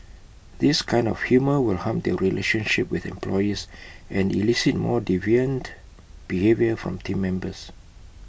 this kind of humour will harm their relationship with employees and elicit more deviant behaviour from Team Members